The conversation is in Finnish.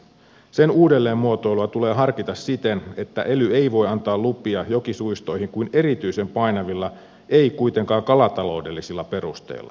sen uudelleenmuotoilua tulee harkita siten että ely ei voi antaa lupia jokisuistoihin kuin erityisen painavilla ei kuitenkaan kalataloudellisilla perusteilla